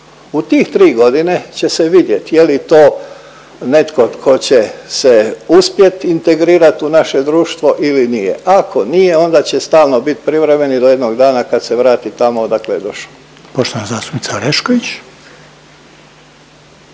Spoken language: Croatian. U tih 3 godine će se vidjeti je li to netko tko će se uspjeti integrirati u naše društvo ili nije. Ako nije onda će stalno biti privremeni do jednog dana kad se vrati tamo odakle je došao. **Reiner, Željko